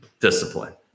discipline